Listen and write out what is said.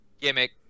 gimmick